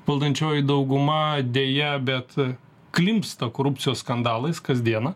valdančioji dauguma deja bet klimpsta korupcijos skandalais kas dieną